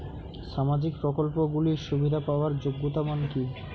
সামাজিক প্রকল্পগুলি সুবিধা পাওয়ার যোগ্যতা মান কি?